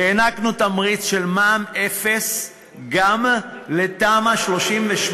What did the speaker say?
הענקנו תמריץ של מע"מ אפס גם לתמ"א 38,